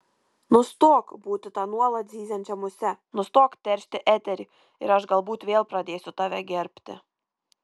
nustok būti ta nuolat zyziančia muse nustok teršti eterį ir aš galbūt vėl pradėsiu tave gerbti